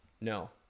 No